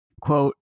quote